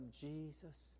Jesus